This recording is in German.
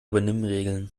benimmregeln